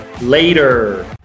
later